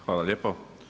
Hvala lijepa.